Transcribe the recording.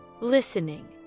Listening